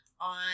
on